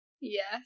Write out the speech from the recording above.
Yes